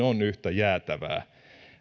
on yhtä jäätävää